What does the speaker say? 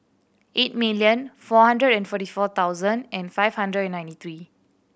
eight million four hundred and forty four thousand and five hundred and ninety three